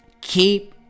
keep